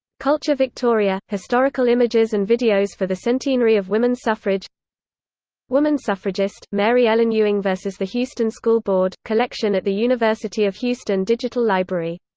culture victoria historical images and videos for the centenary of women's suffrage woman suffragist, mary ellen ewing vs the houston school board collection at the university of houston digital library.